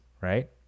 right